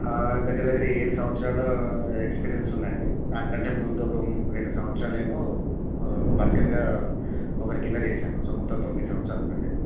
దగ్గర దగ్గర ఏడు సంవత్సరాల ఎక్స్పీరియన్స్ ఉందండి దానికంటే ముందు ఒక రెండు సంవత్సరాలేమో వర్కర్గా ఒకరికింద చేసాను మొత్తం తొమ్మిది సంవత్సరాలు ఉందండి